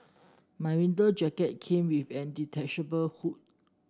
my winter jacket came with a detachable hood